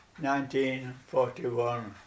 1941